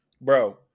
bro